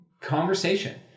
conversation